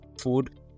food